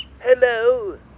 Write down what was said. Hello